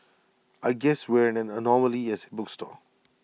I guess we're an anomaly as A bookstore